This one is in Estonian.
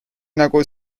nagu